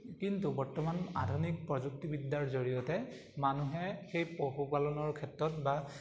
কিন্তু বৰ্তমান আধুনিক প্ৰযুক্তিবিদ্যাৰ জৰিয়তে মানুহে সেই পশুপালনৰ ক্ষেত্ৰত বা